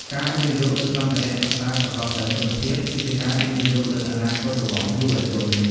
ការវិនិយោគលើសម្ភារៈសិក្សាប្រកបដោយគុណភាពគឺជាការវិនិយោគលើអនាគតរបស់យុវជន។